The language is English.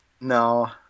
No